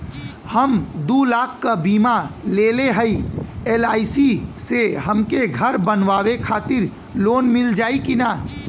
हम दूलाख क बीमा लेले हई एल.आई.सी से हमके घर बनवावे खातिर लोन मिल जाई कि ना?